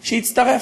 שיצטרף.